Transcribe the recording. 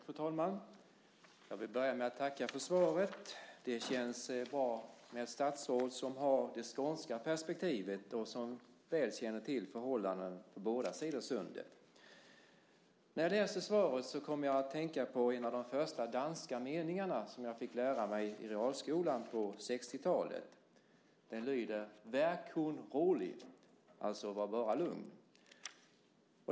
Fru talman! Jag vill börja med att tacka för svaret. Det känns bra med ett statsråd som har det skånska perspektivet och som väl känner till förhållandena på båda sidor om sundet. Svaret fick mig att tänka på en av de första danska meningarna jag fick lära mig i realskolan på 1960-talet, nämligen vær kun rolig, det vill säga: Var bara lugn.